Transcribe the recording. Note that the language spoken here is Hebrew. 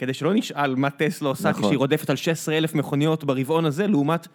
כדי שלא נשאל מה טסלה עושה כשהיא רודפת על 16 אלף מכוניות ברבעון הזה לעומת...